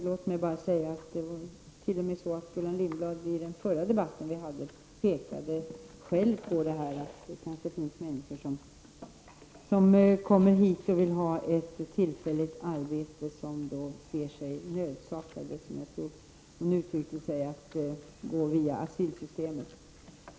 Låt mig bara säga att det t.o.m. är så att Gullan Lindblad i den förra debatten vi hade själv pekade på att det kanske finns människor som kommer hit och vill ha ett tillfälligt arbete och då ser sig nödsakade -- som jag tror att hon uttryckte det -- att gå via asylsystemet.